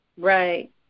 Right